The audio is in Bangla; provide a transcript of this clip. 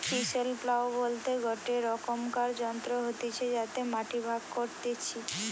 চিসেল প্লাও বলতে গটে রকমকার যন্ত্র হতিছে যাতে মাটি ভাগ করতিছে